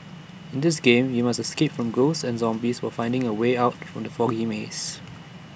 in this game you must escape from ghosts and zombies while finding A way out from the foggy maze